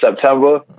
September